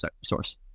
source